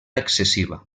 excessiva